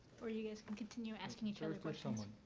or you guys can continue asking each other questions.